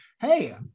hey